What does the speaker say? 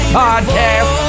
podcast